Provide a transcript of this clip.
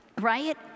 right